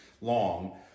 long